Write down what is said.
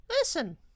listen